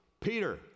Peter